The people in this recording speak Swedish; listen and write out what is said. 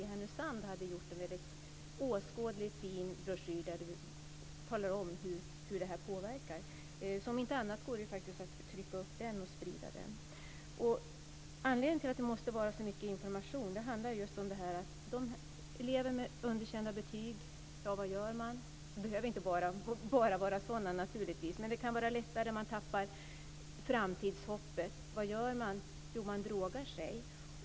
De hade gjort en åskådlig broschyr där det framgår hur drogerna påverkar. Om inte annat går det att trycka upp broschyren och sprida den. Det finns en anledning till att det behövs mycket information. Vad gör man för elever med underkända betyg - det behöver naturligtvis inte bara vara sådana? Det är lättare för dem att tappa framtidshoppet. Vad gör de? Jo, de drogar sig.